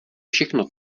všechno